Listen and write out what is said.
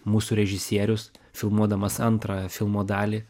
mūsų režisierius filmuodamas antrąją filmo dalį